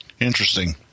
Interesting